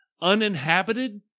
uninhabited